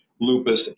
lupus